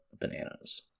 bananas